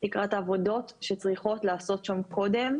לקראת העבודות שצריכות להיעשות שם קודם,